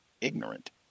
ignorant